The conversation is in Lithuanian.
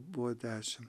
buvo dešimt